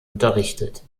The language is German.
unterrichtet